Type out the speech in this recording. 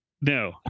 No